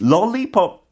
Lollipop